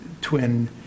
twin